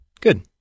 Good